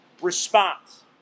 response